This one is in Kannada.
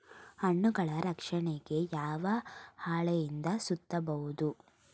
ಹಣ್ಣುಗಳ ರಕ್ಷಣೆಗೆ ಯಾವ ಹಾಳೆಯಿಂದ ಸುತ್ತಬಹುದು?